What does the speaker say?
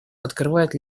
открывает